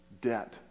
debt